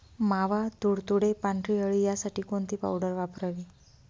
मावा, तुडतुडे, पांढरी अळी यासाठी कोणती पावडर वापरावी?